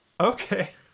Okay